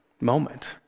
moment